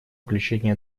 включение